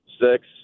six